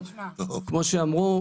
כמו שאמרו,